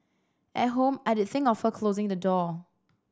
at home I'd think of her closing the door